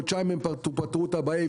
בחודשיים הם פתרו לעצמם את הבעיה,